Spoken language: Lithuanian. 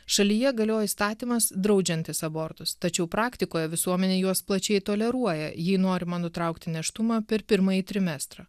šalyje galioja įstatymas draudžiantis abortus tačiau praktikoje visuomenė juos plačiai toleruoja jei norima nutraukti nėštumą per pirmąjį trimestrą